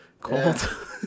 cold